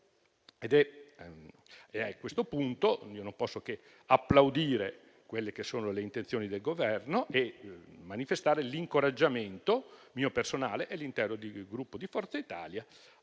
A questo punto, non posso che applaudire le intenzioni del Governo e manifestare l'incoraggiamento mio personale e dell'intero Gruppo Forza Italia